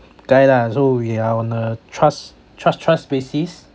guy lah so we are on a trust trust trust basis